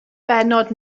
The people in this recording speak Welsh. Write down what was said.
bennod